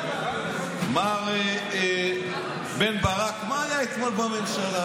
מר בן ברק, מה היה אתמול בממשלה.